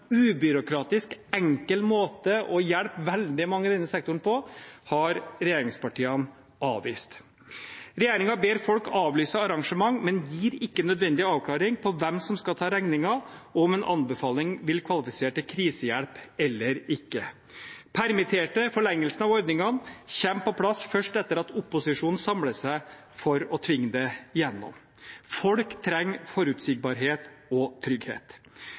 ubyråkratisk og enkel måte å hjelpe veldig mange i denne sektoren på, har regjeringspartiene avvist. Regjeringen ber folk avlyse arrangement, men gir ikke en nødvendig avklaring på hvem som skal ta regningen, og om en anbefaling vil kvalifisere til krisehjelp eller ikke. Forlengelse av ordningene for de permitterte kom på plass først etter at opposisjonen hadde samlet seg for å tvinge det igjennom. Folk trenger